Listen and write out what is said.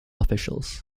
officials